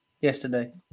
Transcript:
yesterday